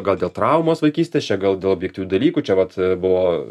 gal dėl traumos vaikystės čia gal dėl objektyvių dalykų čia vat a buvo